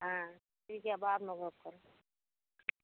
हॅं ठीक यऽ बादमे गप करै छी